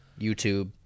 YouTube